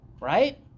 Right